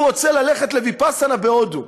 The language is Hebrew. הוא רוצה ללכת לוויפאסנה בהודו,